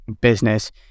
business